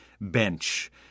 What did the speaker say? bench